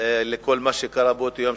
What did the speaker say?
בכל מה שקרה באותו יום,